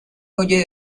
huye